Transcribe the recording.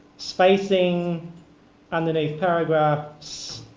spacing underneath paragraphs,